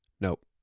Nope